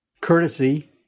Courtesy